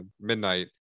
Midnight